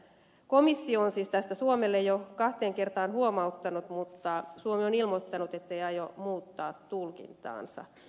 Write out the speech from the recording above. komissio on siis tästä suomelle jo kahteen kertaan huomauttanut mutta suomi on ilmoittanut ettei aio muuttaa tulkintaansa